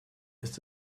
ist